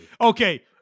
Okay